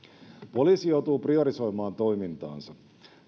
poliisi joutuu priorisoimaan toimintaansa